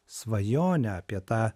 svajonę apie tą